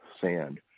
sand